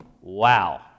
Wow